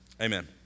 amen